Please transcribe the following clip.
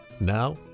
Now